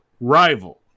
rival